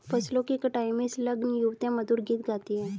फसलों की कटाई में संलग्न युवतियाँ मधुर गीत गाती हैं